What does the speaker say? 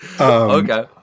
Okay